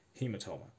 hematoma